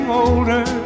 older